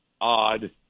odd